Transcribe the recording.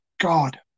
God